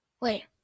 Wait